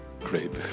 Great